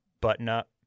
button-up